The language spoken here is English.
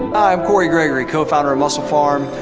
i'm corey gregory, co-founder of musclepharm,